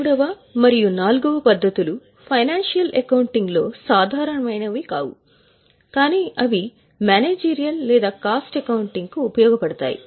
మూడవ మరియు నాల్గవ పద్ధతి ఫైనాన్షియల్ అకౌంటింగ్లో ఉపయోగపడతాయి